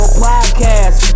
podcast